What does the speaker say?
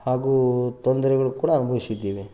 ಹಾಗೂ ತೊಂದರೆಗಳು ಕೂಡ ಅನುಭವಿಸಿದ್ದೀವಿ